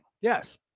Yes